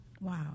Wow